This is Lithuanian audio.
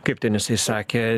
kaip ten jisai sakė